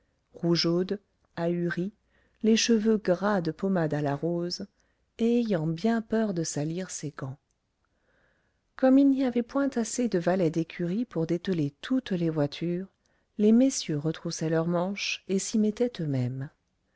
rougeaude ahurie les cheveux gras de pommade à la rose et ayant bien peur de salir ses gants comme il n'y avait point assez de valets d'écurie pour dételer toutes les voitures les messieurs retroussaient leurs manches et s'y mettaient eux-mêmes